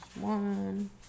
one